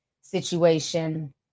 situation